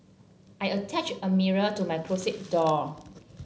I attached a mirror to my closet door